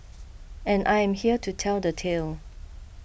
and I am here to tell the tale